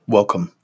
Welcome